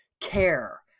care